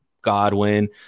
Godwin